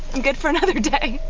and good for another day.